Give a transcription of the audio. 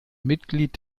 mitglied